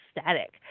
static